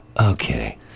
okay